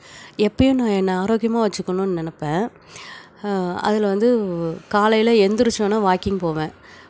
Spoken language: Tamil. எப்பயும் நான் என்னை ஆரோக்கியமாக வச்சிக்கணும்னு நினைப்பேன் அதில் வந்து காலையில் எந்திரிச்சவொடனே வாக்கிங் போவேன்